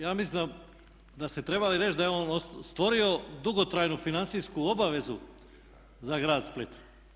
Ja mislim da ste trebali reći da je on stvorio dugotrajnu financijsku obavezu za grad Split.